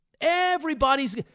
Everybody's